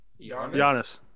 Giannis